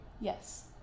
Yes